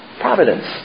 providence